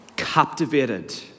captivated